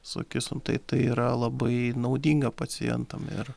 sakysim tai tai yra labai naudinga pacientam ir